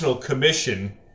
commission